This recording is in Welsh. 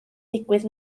digwydd